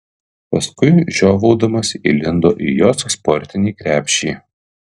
paskui žiovaudamas įlindo į jos sportinį krepšį